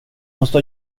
måste